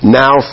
now